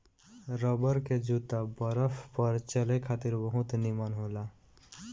rubber के जूता बरफ पर चले खातिर बहुत निमन होला